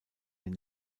den